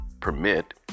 permit